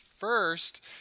first